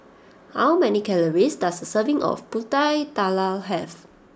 how many calories does a serving of Pulut Tatal have